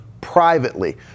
privately